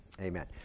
Amen